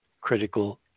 critical